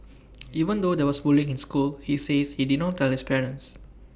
even though there was bullying in school he says he did not tell his parents